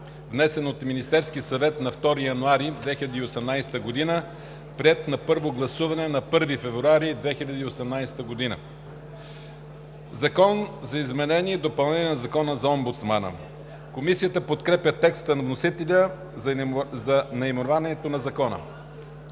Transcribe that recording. внесен Министерския съвет на 2 януари 2018 г., приет на първо гласуване на 1 февруари 2018 г. „Закон за изменение и допълнение на Закона за омбудсмана (обн., ДВ, бр. …).“ Комисията подкрепя текста на вносителя за наименованието на Закона.